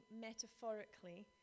metaphorically